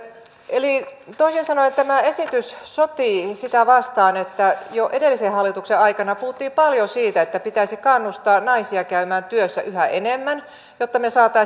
toisin sanoen tämä esitys sotii sitä vastaan mistä jo edellisen hallituksen aikana puhuttiin paljon että pitäisi kannustaa naisia käymään työssä yhä enemmän jotta me saisimme